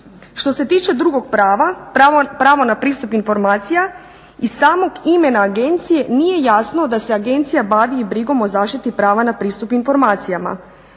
Što se tiče drugog prava, pravo na pristup informacijama i samog imena agencije, nije jasno da se agencija bavi i brigom o zaštiti prava na pristup informacijama.